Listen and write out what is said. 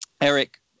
Eric